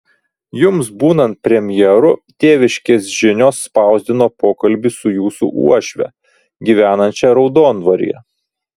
jums būnant premjeru tėviškės žinios spausdino pokalbį su jūsų uošve gyvenančia raudondvaryje